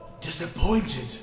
disappointed